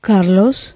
Carlos